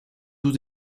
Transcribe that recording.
tous